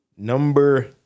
Number